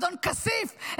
אדון כסיף,